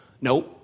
nope